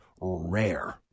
rare